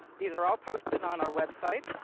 these are all posted on our website,